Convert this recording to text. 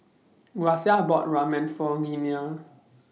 Gracia bought Ramen For Leana